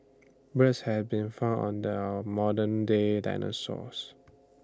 birds have been found under our modern day dinosaurs